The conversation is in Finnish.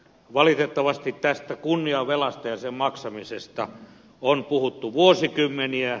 valitettavasti tästä kunniavelasta ja sen maksamisesta on puhuttu vuosikymmeniä